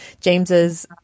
James's